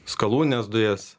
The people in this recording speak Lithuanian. skalūnines dujas